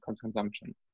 consumption